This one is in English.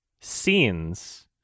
scenes